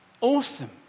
Awesome